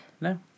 no